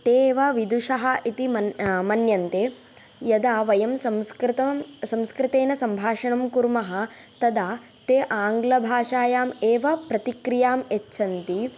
ते एव विदुषः इति मन् मन्यन्ते यदा वयं संस्कृतं संस्कृतेन सम्भाषणं कुर्मः तदा ते आङ्ग्लभाषायाम् एव प्रतिक्रियां यच्छन्ति